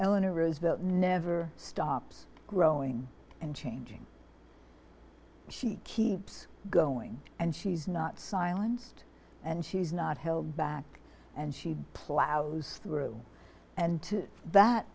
eleanor roosevelt never stops growing and changing she keeps going and she's not silenced and she's not held back and she plows through and t